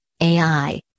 AI